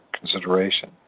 consideration